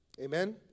Amen